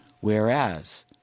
Whereas